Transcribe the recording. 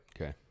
Okay